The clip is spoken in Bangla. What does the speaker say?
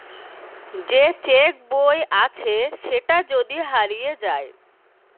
যে চেক বই আছে সেটা যদি হারিয়ে যায়